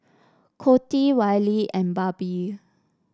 Coty Wylie and Barbie